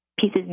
pieces